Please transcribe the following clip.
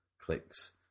clicks